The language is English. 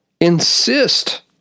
insist